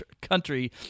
country